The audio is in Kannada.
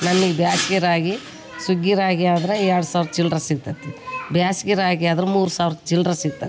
ನನಗ್ ಬೇಸ್ಗಿ ರಾಗಿ ಸುಗ್ಗಿ ರಾಗಿ ಆದ್ರೆ ಎರಡು ಸಾವಿರ ಚಿಲ್ಲರೆ ಸಿಕ್ತತಿ ಬೇಸ್ಗಿ ರಾಗಿ ಅದರ ಮೂರು ಸಾವಿರ ಚಿಲ್ಲರೆ ಸಿಕ್ತತಿ